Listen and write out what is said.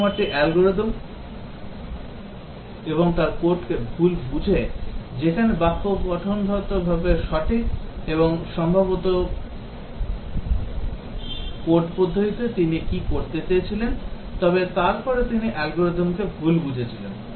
প্রোগ্রামারটি অ্যালগরিদম এবং তার কোডকে ভুল বোঝে যেখানে বাক্য গঠনগতভাবে সঠিক এবং সম্ভবত কোড পদ্ধতিতে তিনি কী করতে চেয়েছিলেন তবে তারপরে তিনি অ্যালগরিদমকে ভুল বুঝেছিলেন